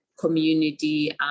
Community